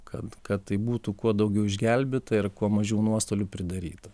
kad kad tai būtų kuo daugiau išgelbėta ir kuo mažiau nuostolių pridaryta